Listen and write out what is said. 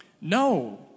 No